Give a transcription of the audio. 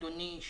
אדוני,